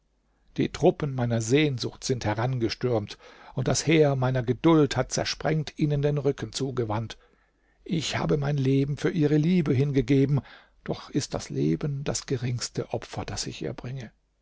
die truppen meiner sehnsucht sind herangestürmt und das heer meiner geduld hat zersprengt ihnen den rücken zugewandt ich habe mein leben für ihre liebe hingegeben doch ist das leben das geringste opfer das ich ihr bringe